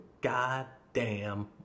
goddamn